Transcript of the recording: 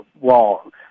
wrong